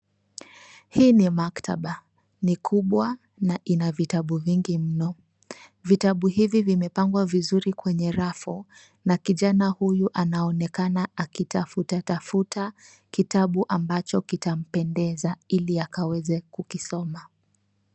Hii ni maktaba kubwa na ina vitabu vingi mno. Vitabu hivi vimepangwa vizuri kwenye rafu, na kijana huyu anaonekana akitafutatafuta kitabu ambacho kitampendeza ili akaweze kukisoma.